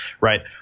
right